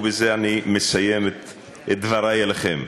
ובזה אני מסיים את דברי אליכם.